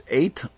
eight